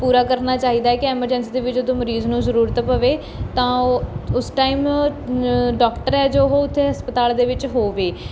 ਪੂਰਾ ਕਰਨਾ ਚਾਹੀਦਾ ਕਿ ਐਮਰਜੈਂਸੀ ਦੇ ਵਿੱਚ ਜਦੋਂ ਮਰੀਜ਼ ਨੂੰ ਜ਼ਰੂਰਤ ਪਵੇ ਤਾਂ ਉਹ ਉਸ ਟਾਈਮ ਡੋਕਟਰ ਹੈ ਜੋ ਉਹ ਉਥੇ ਹਸਪਤਾਲ ਦੇ ਵਿੱਚ ਹੋਵੇ